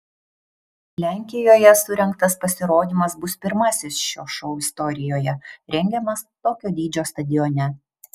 lenkijoje surengtas pasirodymas bus pirmasis šio šou istorijoje rengiamas tokio dydžio stadione